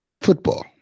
football